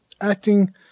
Acting